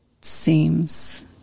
seems